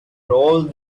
rolled